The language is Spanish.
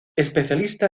especialista